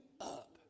up